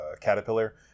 caterpillar